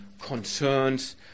concerns